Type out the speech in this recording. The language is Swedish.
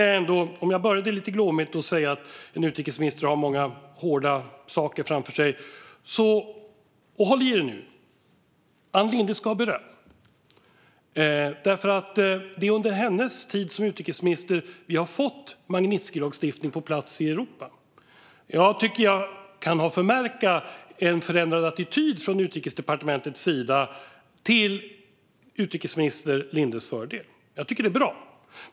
Jag började lite glåmigt med att säga att en utrikesminister har mycket hårt framför sig men, håll i er nu, Ann Linde ska ha beröm. Det är under hennes tid som utrikesminister vi har fått Magnitskijlagstiftningen på plats i Europa. Jag kan märka en förändrad attityd från Utrikesdepartementets sida till utrikesminister Lindes fördel. Det är bra.